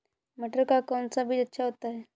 मटर का कौन सा बीज अच्छा होता हैं?